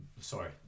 sorry